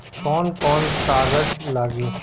कौन कौन कागज लागी?